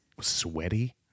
sweaty